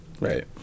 right